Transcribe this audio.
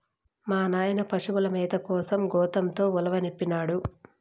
మా నాయన పశుల మేత కోసం గోతంతో ఉలవనిపినాడు